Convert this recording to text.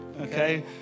okay